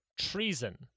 Treason